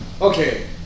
Okay